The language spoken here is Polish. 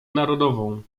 narodową